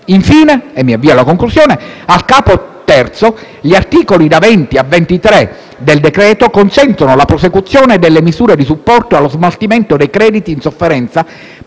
titoli di Stato. In conclusione, al capo III, gli articoli da 20 a 23 del decreto-legge consentono la prosecuzione delle misure di supporto allo smaltimento dei crediti in sofferenza